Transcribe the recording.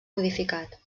modificat